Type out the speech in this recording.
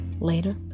later